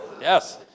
Yes